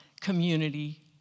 community